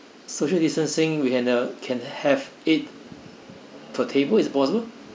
social distancing we can uh can have eight per table is it possible